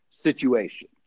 situation